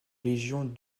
légion